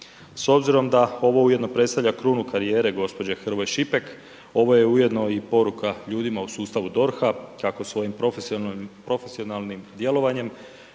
S obzirom da ovo ujedno predstavlja krunu karijere gđe. Hrvoj Šipek, ovo je ujedno i poruka ljudima u sustavu DORH-a kako svojim profesionalnim djelovanjem